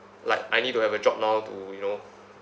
like I need to have a job now to you know